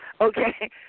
Okay